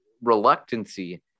reluctancy